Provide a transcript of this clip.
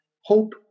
Hope